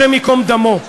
השם ייקום דמו,